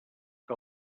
que